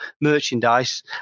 merchandise